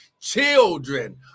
Children